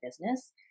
business